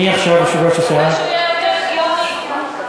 הוספתי לך דקה וחצי.